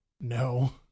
No